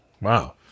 Wow